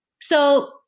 So-